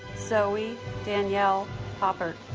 zoe danielle poppert